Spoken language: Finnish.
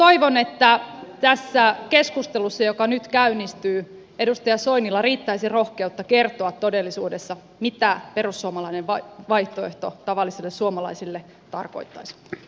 toivon että tässä keskustelussa joka nyt käynnistyy edustaja soinilla riittäisi rohkeutta kertoa mitä perussuomalainen vaihtoehto todellisuudessa tavallisille suomalaisille tarkoittaisi